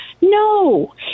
No